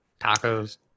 tacos